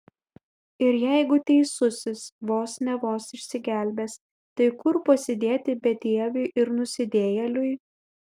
ir jeigu teisusis vos ne vos išsigelbės tai kur pasidėti bedieviui ir nusidėjėliui